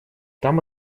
там